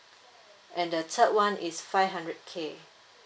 and the third one is five hundred K